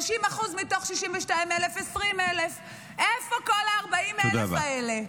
30% מתוך 62,000, 20,000. איפה כל ה-40,000 האלה?